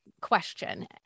question